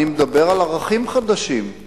אני מדבר על ערכים חדשים.